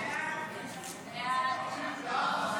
חוק הסדרת